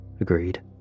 agreed